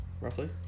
roughly